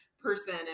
person